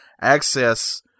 access